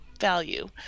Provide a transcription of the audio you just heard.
value